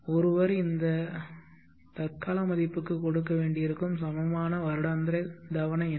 ஒருவர் இந்த தற்கால மதிப்புக்கு கொடுக்க வேண்டியிருக்கும் சமமான வருடாந்திர தவணை என்ன